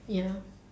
ya